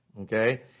okay